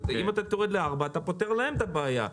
אם תוריד לארבעה תפתור להם את הבעיה,